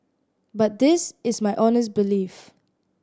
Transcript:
but this is my honest belief